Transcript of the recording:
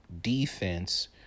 defense